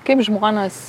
kaip žmonės